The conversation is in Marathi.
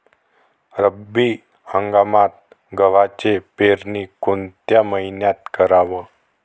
रब्बी हंगामात गव्हाची पेरनी कोनत्या मईन्यात कराव?